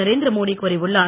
நரேந்திரமோடி கூறியுள்ளார்